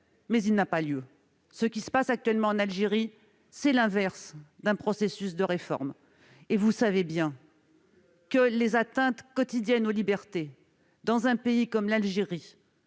mais il n'a pas lieu ! Ce qui se passe actuellement en Algérie est l'inverse d'un processus de réforme. Vous savez bien que les atteintes quotidiennes aux libertés sont extrêmement